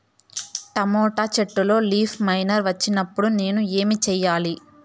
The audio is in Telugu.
టమోటా చెట్టులో లీఫ్ మైనర్ వచ్చినప్పుడు నేను ఏమి చెయ్యాలి?